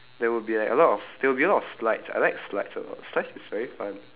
there would be like a lot of there will be a lot of slides I like slides a lot slides is very fun